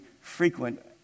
frequent